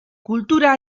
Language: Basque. kultura